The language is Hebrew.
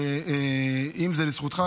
אם זה לזכותך,